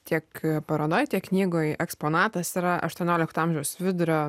tiek parodoj tiek knygoj eksponatas yra aštuoniolikto amžiaus vidurio